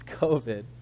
COVID